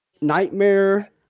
Nightmare